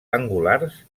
angulars